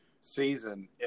season